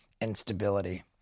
instability